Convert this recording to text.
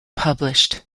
published